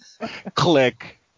Click